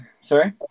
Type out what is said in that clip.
Sorry